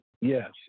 yes